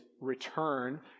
return